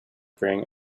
bring